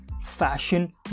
fashion